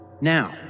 Now